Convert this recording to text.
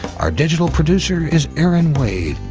our digital producer is erin wade.